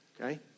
okay